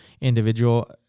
individual